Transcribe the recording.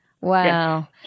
Wow